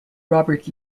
robert